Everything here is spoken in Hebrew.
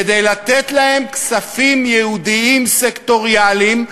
כדי לתת להם כספים ייעודיים סקטוריאליים,